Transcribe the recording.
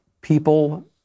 people